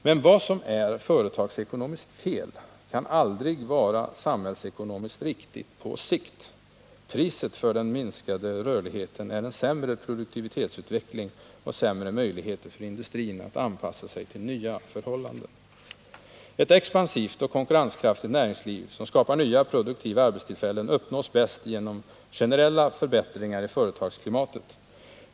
Men vad som är företagsekonomiskt fel kan aldrig vara samhällsekonomiskt riktigt på sikt. Priset för den minskade rörligheten är en sämre produktivitetsutveckling och sämre möjligheter för industrin att anpassa sig till nya förhållanden. Ett expansivt och konkurrenskraftigt näringsliv som skapar nya produktiva arbetstillfällen uppnås bäst genom generella förbättringar i företagsklimatet.